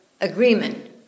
agreement